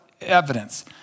evidence